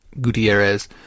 Gutierrez